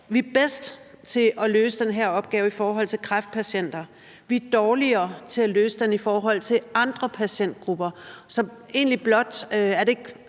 vi er bedst til at løse den her opgave i forhold til kræftpatienter, men at vi er dårligere til at løse den i forhold til andre patientgrupper,